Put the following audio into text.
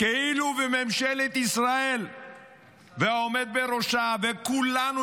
כאילו שממשלת ישראל והעומד בראשה וכולנו,